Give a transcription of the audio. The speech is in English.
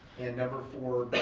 and number four